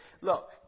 look